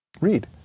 read